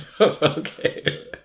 Okay